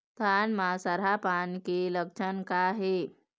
धान म सरहा पान के लक्षण का हे?